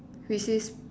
which says